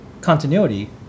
continuity